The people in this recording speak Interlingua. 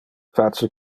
face